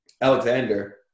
Alexander